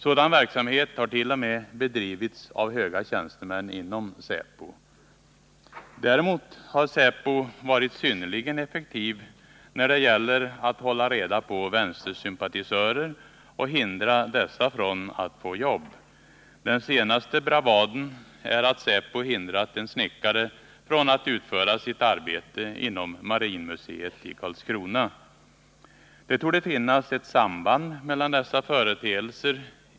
Sådan verksamhet har t.o.m. bedrivits av höga tjänstemän inom säpo. Däremot har säpo varit synnerligen effektiv när det gäller att hålla reda på vänstersympatisörer och hindra dessa från att få jobb. Den senaste bravaden är att säpo hindrat en snickare från att utföra sitt arbete inom marinmuseet i Karlskrona. Det torde finnas ett samband mellan dessa företeelser.